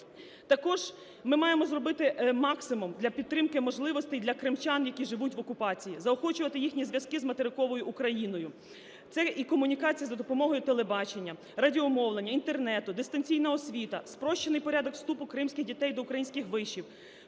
Також ми маємо зробити максимум для підтримки можливостей для кримчан, які живуть в окупації, заохочувати їхні зв'язки з материковою Україною. Це і комунікація за допомогою телебачення, радіомовлення, Інтернету, дистанційна освіта, спрощений порядок вступу кримських дітей до українських вишів,